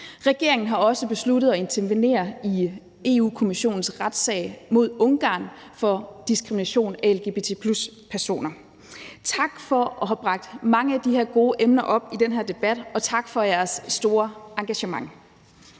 Regeringen har også besluttet at intervenere i Europa-Kommissionens retssag mod Ungarn for diskrimination af lgbt+-personer. Tak for at have bragt mange af de her gode emner op i den her debat, og tak for jeres store engagement.